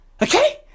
Okay